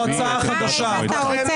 אי אפשר למצוא להם כרגע תיקון